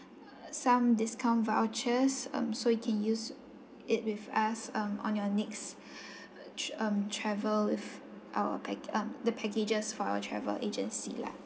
some discount vouchers um so you can use it with us um on your next tr~ um travel with our pac~ um the packages for our travel agency lah